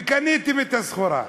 וקניתם את הסחורה.